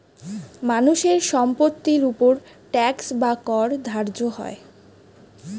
মানুষের সম্পত্তির উপর ট্যাক্স বা কর ধার্য হয়